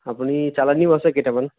আপুনি চালানীও আছে কেইটামান